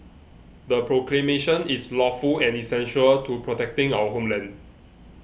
the proclamation is lawful and essential to protecting our homeland